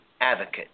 advocate